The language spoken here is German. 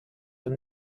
und